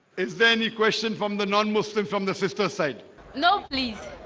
is there any question from the non-muslim from the sister side no, please